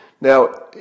Now